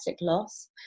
loss